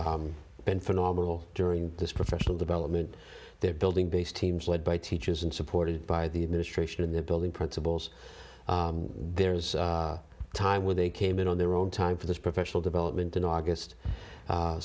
have been phenomenal during this professional development they're building based teams led by teachers and supported by the administration in the building principals there's a time where they came in on their own time for this professional development in august